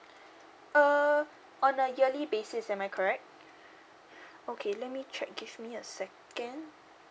uh on a yearly basis am I correct okay let me check give me a second